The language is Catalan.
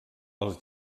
els